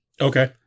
Okay